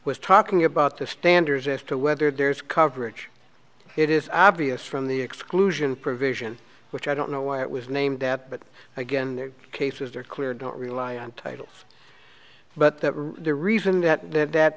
was talking about the standards as to whether there's coverage it is obvious from the exclusion provision which i don't know why it was named that but again the cases are clear don't rely on titles but that the reason that that